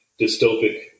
dystopic